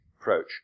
approach